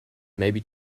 maybe